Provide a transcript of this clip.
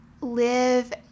live